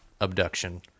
abduction